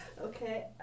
Okay